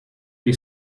gli